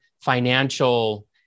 financial